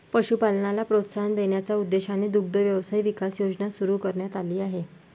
पशुपालनाला प्रोत्साहन देण्याच्या उद्देशाने दुग्ध व्यवसाय विकास योजना सुरू करण्यात आली आहे